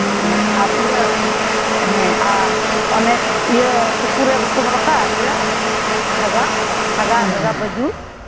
ᱦᱮᱸ ᱟᱨ ᱤᱭᱟᱹ ᱦᱮᱸ ᱟᱨ ᱚᱱᱮ ᱤᱭᱟᱹ ᱥᱩᱯᱩ ᱨᱮ ᱵᱟᱠᱚ ᱦᱚᱨᱚᱜᱟ ᱤᱭᱟᱹ ᱠᱷᱟᱜᱟ ᱠᱷᱟᱜᱟ ᱵᱟᱹᱡᱩ